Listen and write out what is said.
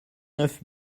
neuf